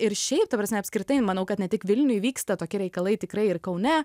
ir šiaip ta prasme apskritai manau kad ne tik vilniuj vyksta tokie reikalai tikrai ir kaune